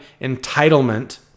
entitlement